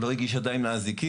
הוא לא הגיש ידיים לאזיקים.